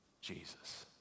Jesus